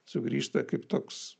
sugrįžta kaip toks